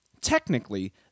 Technically